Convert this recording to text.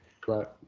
Correct